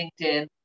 LinkedIn